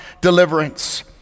deliverance